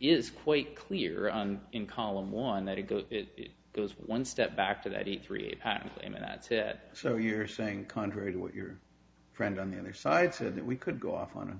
is quite clear on in column one that it goes it goes one step back to that e three a patent payment to so you're saying contrary to what your friend on the other side to that we could go off on